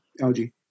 algae